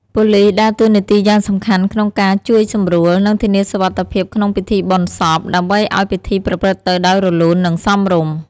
ប៉ូលីសដើរតួនាទីយ៉ាងសំខាន់ក្នុងការជួយសម្រួល និងធានាសុវត្ថិភាពក្នុងពិធីបុណ្យសព ដើម្បីឲ្យពិធីប្រព្រឹត្តទៅដោយរលូន និងសមរម្យ។